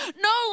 No